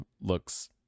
looks